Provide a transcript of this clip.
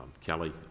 Kelly